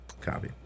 copy